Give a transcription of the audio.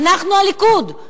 אנחנו הליכוד.